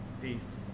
Peace